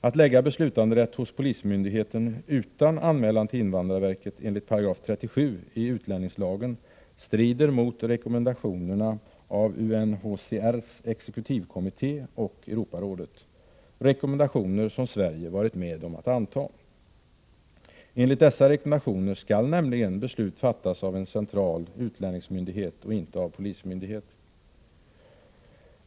Att lägga beslutanderätten hos polismyndigheten utan anmälan till invandrarverket enligt 37 § i utlänningslagen strider mot rekommendationer av UNHCR:s exekutivkommitté och Europarådet — rekommendationer som Sverige varit med om att anta. Enligt dessa rekommendationer skall beslut fattas av en central utlänningsmyndighet och inte av polismyndighet.